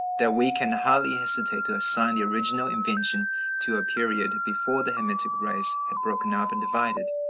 that we can hardly hesitate to assign the original invention to a period before the hamitic race had broken up and divided.